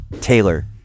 Taylor